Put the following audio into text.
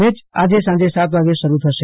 match સાંજે સાત વાગ્યે શરૂ થશે